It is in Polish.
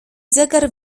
zegar